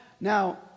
now